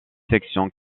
sections